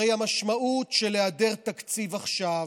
הרי המשמעות של היעדר תקציב עכשיו,